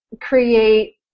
create